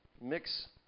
mix